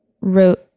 wrote